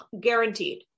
guaranteed